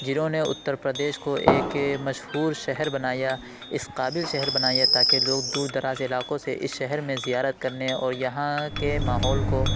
جنہوں نے اتر پردیش کو ایک مشہور شہر بنایا اس قابل شہر بنایا تاکہ لوگ دور دراز علاقوں سے اس شہر میں زیارت کرنے اور یہاں کے ماحول کو